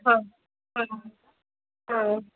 हँ हँ हँ